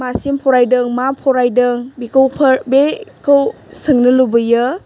मासिम फरायदों मा फरायदों बेखौ सोंनो लुबैयो